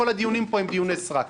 כל הדיונים פה הם דיוני סרק.